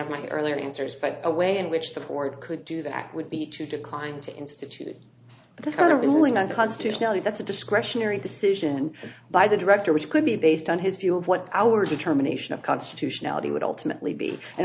of my earlier answers but a way in which the court could do that would be to decline to institute the kind of reasoning a constitutionally that's a discretionary decision by the director which could be based on his view of what our determination of constitutionality would ultimately be an